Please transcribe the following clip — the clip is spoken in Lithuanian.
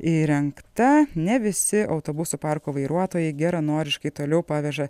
įrengta ne visi autobusų parko vairuotojai geranoriškai toliau paveža